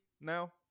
now